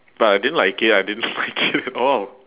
but I didn't like it I didn't like it at all